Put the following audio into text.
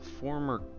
former